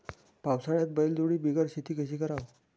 पावसाळ्यात बैलजोडी बिगर शेती कशी कराव?